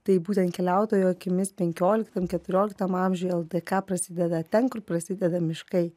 tai būtent keliautojo akimis penkioliktam keturioliktam amžiuj ldk prasideda ten kur prasideda miškai